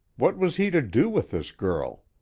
what was he to do with this girl?